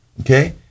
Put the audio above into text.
Okay